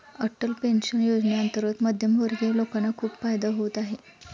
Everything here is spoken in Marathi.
अटल पेन्शन योजनेअंतर्गत मध्यमवर्गीय लोकांना खूप फायदा होत आहे